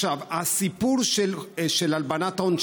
הסיפור של הלבנת ההון,